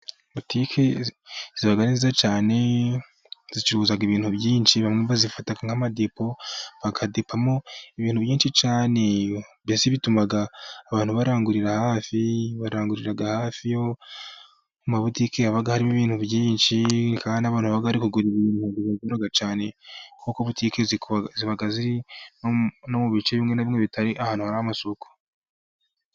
Butiki ziba nziza cyane zicuruza ibintu byinshi, bamwe bazifata nk'amadepo bakadepamo ibintu byinshi cyane bituma abantu barangurira hafi. Baranguriraga hafi, amabutike aba arimo ibintu bitandukanye. Butike ziba mu bice bimwe namwe bitari ahantu hari'amasuko.